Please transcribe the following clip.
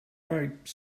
ripe